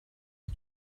his